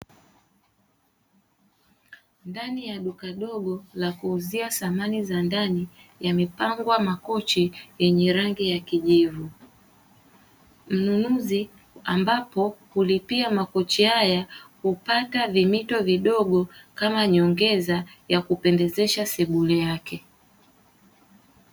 Ndani ya duka dogo la kuuzia samani za ndani, yamepangwa makochi yenye rangi ya kijivu. Mnunuzi ambapo kulipia makochi haya, hupata vimito vidogo kama nyongeza ya kupendeza sebule yake.